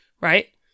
right